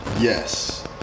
Yes